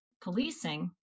policing